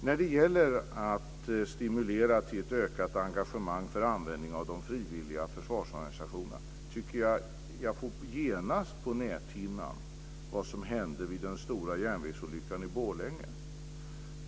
När det gäller att stimulera till ett ökat engagemang för användning av de frivilliga försvarsorganisationerna får jag genast på näthinnan, tycker jag, vad som hände vid den stora järnvägsolyckan i Borlänge.